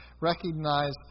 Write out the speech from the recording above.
recognize